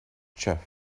chyff